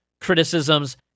criticisms